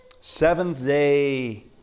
seventh-day